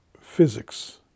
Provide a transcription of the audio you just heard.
physics